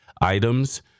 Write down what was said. items